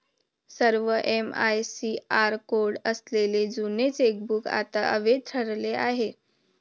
सर्व MICR code असलेले जुने चेकबुक आता अवैध ठरले आहे